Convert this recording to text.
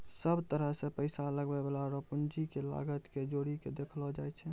सब तरह से पैसा लगबै वाला रो पूंजी के लागत के जोड़ी के देखलो जाय छै